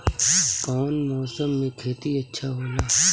कौन मौसम मे खेती अच्छा होला?